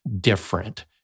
different